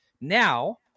Now